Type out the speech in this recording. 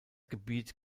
gebiet